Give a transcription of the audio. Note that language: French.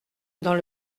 dans